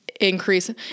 increase